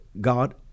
God